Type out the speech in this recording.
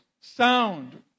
sound